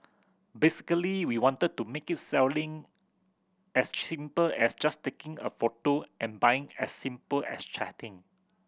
basically we wanted to make it selling as simple as just taking a photo and buying as simple as chatting